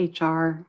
HR